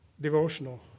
devotional